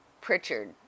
Pritchard